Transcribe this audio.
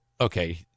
okay